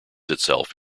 itself